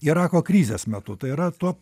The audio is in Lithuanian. irako krizės metu tai yra tuo